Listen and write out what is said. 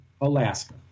Alaska